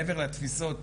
מעבר לתפיסות,